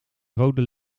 rode